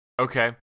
Okay